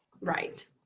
Right